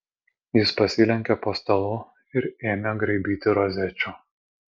jis pasilenkė po stalu ir ėmė graibyti rozečių